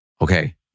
okay